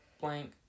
blank